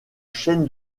chaîne